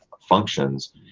functions